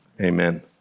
Amen